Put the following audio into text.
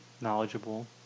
knowledgeable